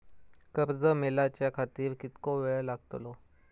कर्ज मेलाच्या खातिर कीतको वेळ लागतलो?